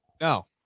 No